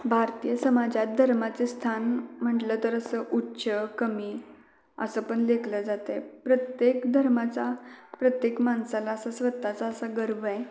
भारतीय समाजात धर्माचे स्थान म्हटलं तर असं उच्च कमी असं पण लेखलं जातं आहे प्रत्येक धर्माचा प्रत्येक माणसाला असं स्वतःचा असा गर्व आहे